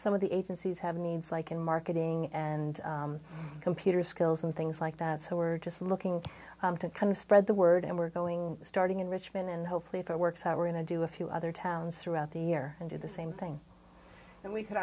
some of the agencies have needs like in marketing and computer skills and things like that so we're just looking to kind of spread the word and we're going starting in richmond and hopefully if it works out we're going to do a few other towns throughout the year and do the same thing and we could